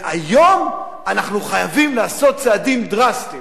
והיום אנחנו חייבים לעשות צעדים דרסטיים.